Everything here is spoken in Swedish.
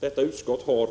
Detta utskott har